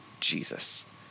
Jesus